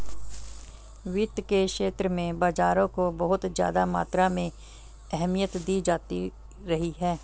वित्त के क्षेत्र में बाजारों को बहुत ज्यादा मात्रा में अहमियत दी जाती रही है